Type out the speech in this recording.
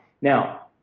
Now